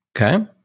Okay